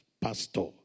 pastor